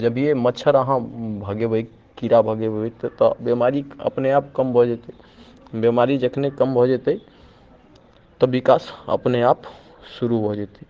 जभिये मच्छर अहाँ भगेबै कीड़ा भगेबै तऽ बीमारी अपने आप कम भऽ जेतै बीमारी जखने कम भऽ जेतै तऽ विकास अपने आप शुरू भऽ जेतै